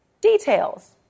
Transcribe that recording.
details